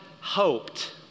hoped